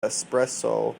espresso